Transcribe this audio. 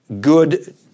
good